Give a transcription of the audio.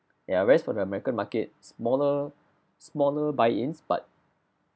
ya whereas for the american market smaller smaller buy ins but